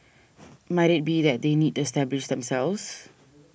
might it be that they need to establish themselves